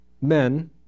men